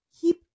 keep